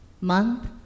month